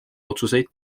otsuseid